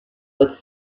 but